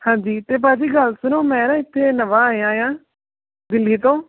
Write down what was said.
ਹਾਂਜੀ ਅਤੇ ਭਾਅ ਜੀ ਗੱਲ ਸੁਣੋ ਮੈਂ ਨਾ ਇੱਥੇ ਨਵਾਂ ਆਇਆ ਹਾਂ ਦਿੱਲੀ ਤੋਂ